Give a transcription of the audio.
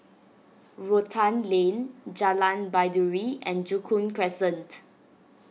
Rotan Lane Jalan Baiduri and Joo Koon Crescent